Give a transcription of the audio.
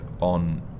on